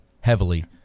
heavily